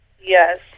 Yes